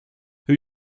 hur